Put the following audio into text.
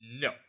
No